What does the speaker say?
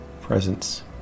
presence